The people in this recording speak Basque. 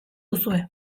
duzue